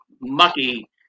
mucky